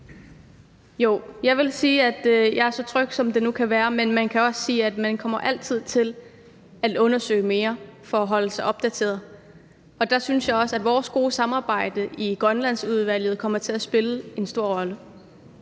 Jeg vil sige, at jeg er så tryg, som man nu kan være. Men man kan også sige, at man altid kommer til at undersøge mere for at holde sig opdateret. Og dér tror jeg også, vores gode samarbejde i Grønlandsudvalget kommer til at spille en stor rolle.